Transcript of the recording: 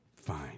Fine